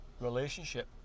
relationship